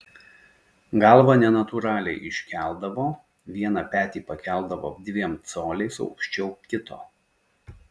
galvą nenatūraliai iškeldavo vieną petį pakeldavo dviem coliais aukščiau kito